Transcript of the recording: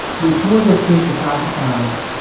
you've told your kids a thousand times,